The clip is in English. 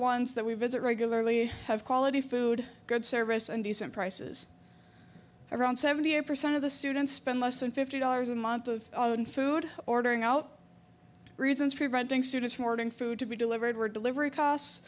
ones that we visit regularly have quality food good service and decent prices around seventy eight percent of the students spend less than fifty dollars a month of food ordering out reasons preventing students from ordering food to be delivered were delivery costs